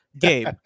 Gabe